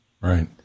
Right